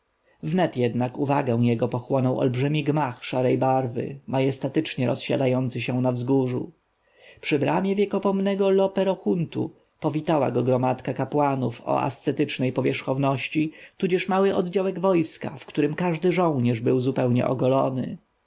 wnet jednak uwagę jego pochłonął olbrzymi gmach szarej barwy majestatycznie rozsiadający się na wzgórzu przy bramie wiekopomnego lope-ro-hunt powitała go gromadka kapłanów o ascetycznej powierzchowności tudzież mały oddziałek wojska w którym każdy żołnierz był zupełnie ogolony